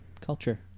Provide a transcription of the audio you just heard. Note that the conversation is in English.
culture